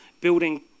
building